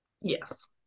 Yes